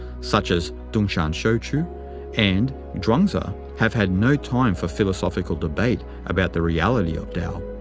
such as tung-shan shou-ch'u and chuang-tzu, have had no time for philosophical debate about the reality of tao.